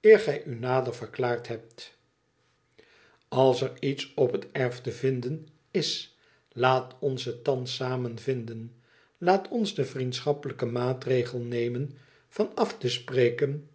eer gij u nader verklaard hebt als er iets op het erf te vinden w laat ons het dan samen vinden laat ons den vriendschappelijken maatregel nemen van af te spreken